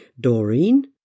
Doreen